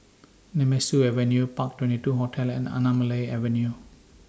Nemesu Avenue Park twenty two Hotel and Anamalai Avenue